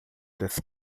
desse